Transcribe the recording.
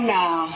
now